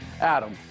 Adam